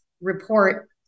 report